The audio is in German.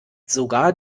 sogar